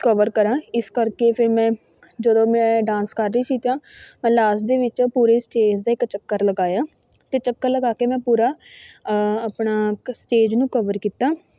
cover ਕਰਾਂ ਇਸ ਕਰਕੇ ਫਿਰ ਮੈਂ ਜਦੋਂ ਮੈਂ ਡਾਂਸ ਕਰ ਰਹੀ ਸੀ ਤਾਂ ਮੈਂ ਲਾਸਟ ਦੇ ਵਿੱਚ ਪੂਰੀ ਸਟੇਜ ਦੇ ਇੱਕ ਚੱਕਰ ਲਗਾਇਆ ਅਤੇ ਚੱਕਰ ਲਗਾ ਕੇ ਮੈਂ ਪੂਰਾ ਆਪਣਾ ਕ ਸਟੇਜ ਨੂੰ ਕਵਰ ਕੀਤਾ